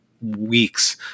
weeks